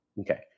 Okay